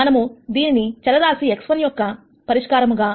మనము దీనిని చరరాశి x1 యొక్క పరిష్కారముగా